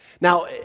Now